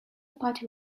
party